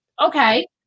Okay